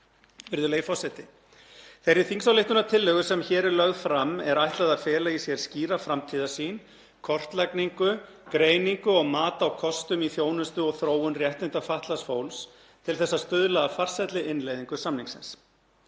Virðulegi forseti. Þeirri þingsályktunartillögu sem hér er lögð fram er ætlað að fela í sér skýra framtíðarsýn, kortlagningu, greiningu og mat á kostum í þjónustu og þróun réttinda fatlaðs fólks, til þess að stuðla að farsælli innleiðingu samningsins.